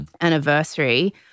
anniversary